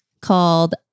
called